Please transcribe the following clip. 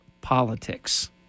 politics